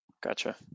Gotcha